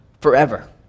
forever